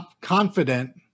confident